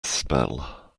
spell